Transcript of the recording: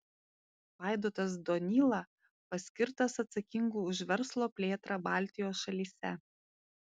vaidotas donyla paskirtas atsakingu už verslo plėtrą baltijos šalyse